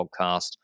Podcast